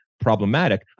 problematic